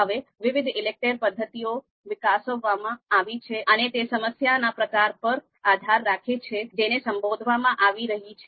હવે વિવિધ ઈલેકટેર પદ્ધતિઓ વિકસાવવામાં આવી છે અને તે સમસ્યાના પ્રકાર પર આધાર રાખે છે જેને સંબોધવામાં આવી રહી છે